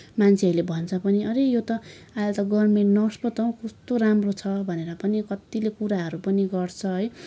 मान्छेहरूले भन्छ पनि अरे यो त अहिले त गभर्मेन्ट नर्स पो त हौ कस्तो राम्रो छ भनेर पनि कतिले कुराहरू पनि गर्छ है